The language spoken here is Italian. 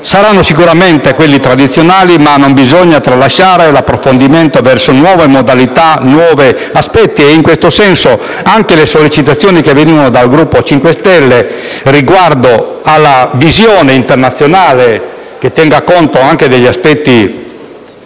saranno sicuramente quelli tradizionali, ma non bisogna tralasciare l'approfondimento verso nuove modalità e nuovi aspetti. In questo senso, anche le sollecitazioni che venivano dal Gruppo Movimento 5 Stelle in merito ad una visione internazionale, che tenga conto anche degli aspetti